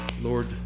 Lord